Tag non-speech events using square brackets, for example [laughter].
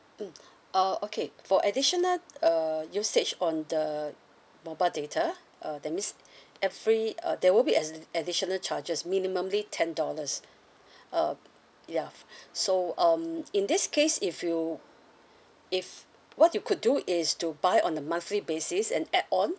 mm uh okay for additional err usage on the mobile data uh that means every uh there will be addi~ additional charges minimally ten dollars uh ya [breath] so um in this case if you if what you could do is to buy on a monthly basis an add-on